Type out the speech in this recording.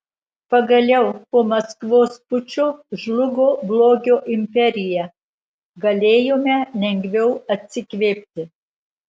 pagaliau po maskvos pučo žlugo blogio imperija galėjome lengviau atsikvėpti